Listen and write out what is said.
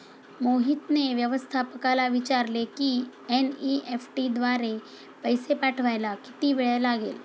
मोहितने व्यवस्थापकाला विचारले की एन.ई.एफ.टी द्वारे पैसे पाठवायला किती वेळ लागेल